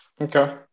Okay